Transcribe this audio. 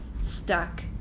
stuck